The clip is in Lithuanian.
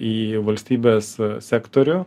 į valstybės sektorių